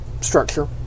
structure